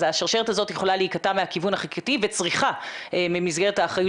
אז השרשרת הזאת יכולה להיקטע מהכיוון החקיקתי וצריכה במסגרת האחריות